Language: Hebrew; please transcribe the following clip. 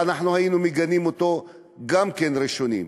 אנחנו היינו מגנים אותו גם כן ראשונים.